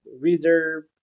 reader